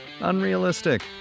Unrealistic